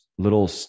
little